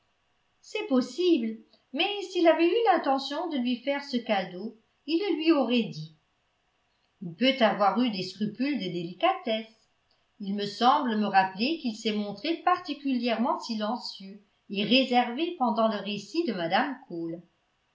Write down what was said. c'est possible mais s'il avait eu l'intention de lui faire ce cadeau il le lui aurait dit il peut avoir eu des scrupules de délicatesse il me semble me rappeler qu'il s'est montré particulièrement silencieux et réservé pendant le récit de mme cole